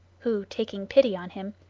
who, taking pity on him,